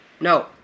No